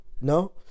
No